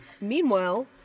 meanwhile